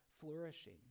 flourishing